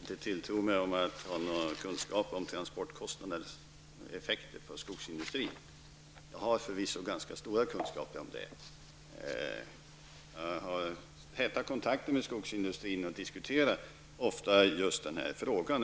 inte tilltror mig att ha någon kunskap om transportkostnadernas effekter på skogsindustrin. Jag har förvisso ganska stora kunskaper om detta. Jag har täta kontakter med skogsindustrin och diskuterar ofta just denna fråga.